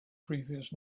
previous